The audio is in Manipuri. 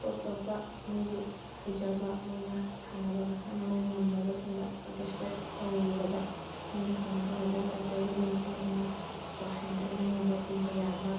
ꯇꯣꯞ ꯇꯣꯞꯄ ꯃꯣꯏꯒꯤ ꯍꯩꯖꯕ ꯃꯣꯏꯅ ꯁꯥꯟꯅꯕ ꯃꯁꯥꯟꯅ ꯃꯣꯏꯅ ꯉꯝꯖꯕꯁꯤꯡꯗ ꯄꯥꯔꯇꯤꯁꯤꯄꯦꯠ ꯇꯧꯔꯨꯕꯗ ꯃꯣꯏꯅ ꯐꯪꯉꯛꯄ ꯃꯦꯗꯜ ꯇꯥꯏꯇꯜꯗꯨꯒꯤ ꯃꯇꯨꯡꯏꯟꯅ ꯏꯁꯄꯣꯔꯠꯁ ꯁꯦꯟꯇꯔꯅ ꯃꯣꯏꯗ ꯄꯤꯕ ꯌꯥꯕ